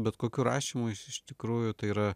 bet kokiu rašymu jis iš tikrųjų tai yra